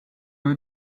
you